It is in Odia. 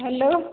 ହ୍ୟାଲୋ